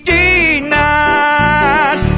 denied